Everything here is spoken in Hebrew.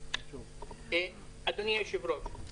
אדוני היושב-ראש,